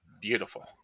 beautiful